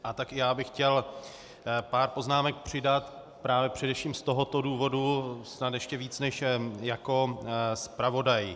A tak i já bych chtěl pár poznámek přidat právě především z tohoto důvodu, snad ještě víc než jako zpravodaj.